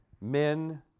men